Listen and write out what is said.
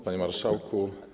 Panie Marszałku!